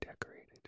decorated